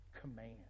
command